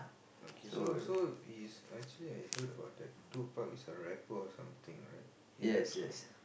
okay so so he is actually I heard about that two park is a rapper or something right he raps with